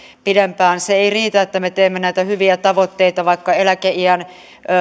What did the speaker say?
pidempään se ei riitä että me teemme näitä hyviä tavoitteita vaikka eläkeiän